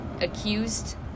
accused